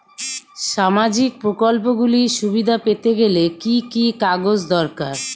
সামাজীক প্রকল্পগুলি সুবিধা পেতে গেলে কি কি কাগজ দরকার?